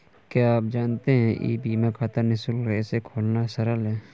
क्या आप जानते है ई बीमा खाता निशुल्क है, इसे खोलना सरल है?